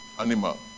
animal